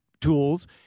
tools